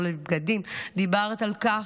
לא לבגדים דיברת על כך,